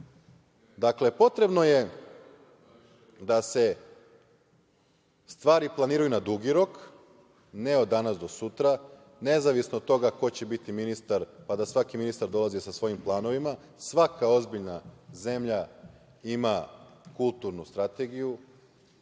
bavi. Dakle, potrebno je da se stvari planiraju na dugi rok, ne od danas do sutra, nezavisno od toga ko će biti ministar pa da svaki ministar dolazi sa svojim planovima. Svaka ozbiljna zemlja ima kulturnu strategiju